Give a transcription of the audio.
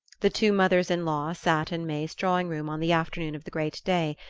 the two mothers-in-law sat in may's drawing-room on the afternoon of the great day,